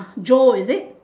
joe is it